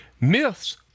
Myths